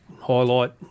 highlight